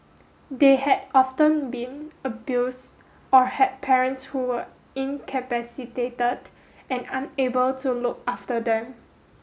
they had often been abused or had parents who were incapacitated and unable to look after them